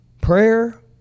prayer